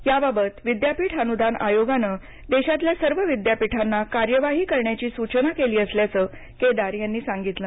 याबाबत विद्यापीठ अनुदान आयोगानं देशातील सर्व विद्यापीठांना कार्यवाही करण्याची सूचना केली असल्याचं केदार यांनी सांगितलं